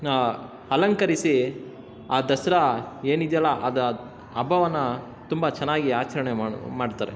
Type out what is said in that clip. ಅಲಂಕರಿಸಿ ಆ ದಸರಾ ಏನಿದೆಯಲ್ಲ ಅದದು ಹಬ್ಬವನ್ನ ತುಂಬ ಚೆನ್ನಾಗಿ ಆಚರಣೆ ಮಾಡ್ತಾರೆ